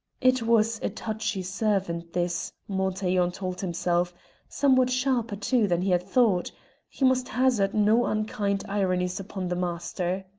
it was a touchy servant this montaiglon told himself somewhat sharper, too, than he had thought he must hazard no unkind ironies upon the master.